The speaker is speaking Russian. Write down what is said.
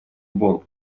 бомб